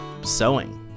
sewing